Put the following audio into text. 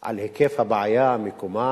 על היקף הבעיה, מקומה